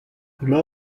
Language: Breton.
emañ